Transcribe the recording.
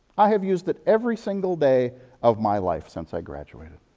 i have used it every single day of my life since i graduatedi.